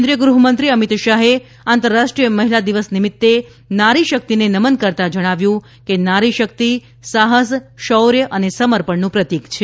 કેન્દ્રિય ગૃહમંત્રી અમિતશાહે આંતરરાષ્ટ્રીય મહિલા દિવસ નિમિત્ત નારી શક્તિને નમન કરતાં જણાવ્યું કે નારી શક્તિ સાહસ શૌર્ય અને સમપર્ણનું પ્રતિક છે